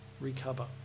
recover